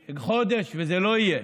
חודש, וזה לא יהיה.